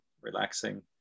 relaxing